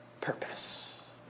purpose